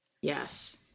Yes